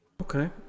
okay